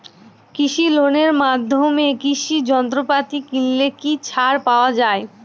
কৃষি লোনের মাধ্যমে কৃষি যন্ত্রপাতি কিনলে কি ছাড় পাওয়া যায়?